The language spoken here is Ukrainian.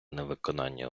невиконання